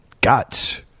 got